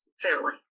fairly